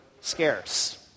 scarce